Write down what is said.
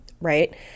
right